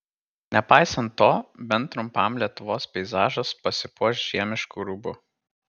nepaisant to bent trumpam lietuvos peizažas pasipuoš žiemišku rūbu